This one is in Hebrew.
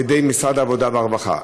על-ידי משרד העבודה והרווחה.